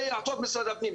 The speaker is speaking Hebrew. יודע טוב משרד הפנים,